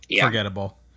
forgettable